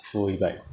खुबैबाय